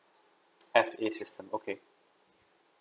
F_A system okay